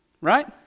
right